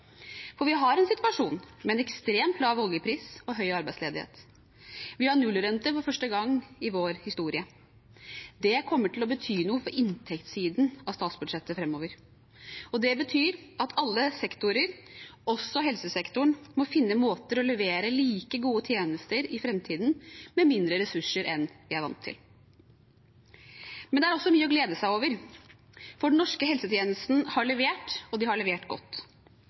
For vi har en situasjon med en ekstremt lav oljepris og høy arbeidsledighet. Vi har nullrente for første gang i vår historie. Det kommer til å bety noe for inntektssiden av statsbudsjettet fremover. Og det betyr at alle sektorer, også helsesektoren, må finne måter å levere like gode tjenester på i fremtiden med mindre ressurser enn vi er vant til. Men det er også mye å glede seg over, for den norske helsetjenesten har levert, og den har levert godt.